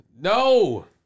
No